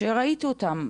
וראיתי אותם,